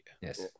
yes